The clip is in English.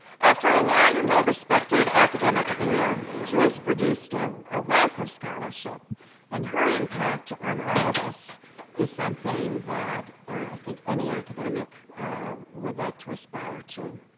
after a long and well-respected academic career, joyce produced a a wealth of scholarship and her impact on all of us is something that i think any academic would like to aspire to.